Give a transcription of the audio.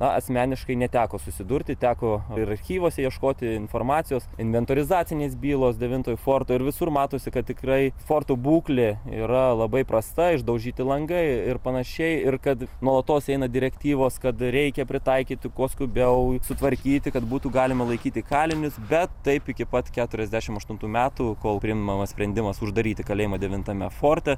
asmeniškai neteko susidurti teko ir archyvuose ieškoti informacijos inventorizacinės bylos devintojo forto ir visur matosi kad tikrai forto būklė yra labai prasta išdaužyti langai ir pan ir kad nuolatos eina direktyvos kad reikia pritaikyti kuo skubiau sutvarkyti kad būtų galima laikyti kalinius bet taip iki pat keturiasdešimt aštuntų metų metų kol priimamas sprendimas uždaryti kalėjimo devintame forte